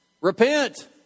Repent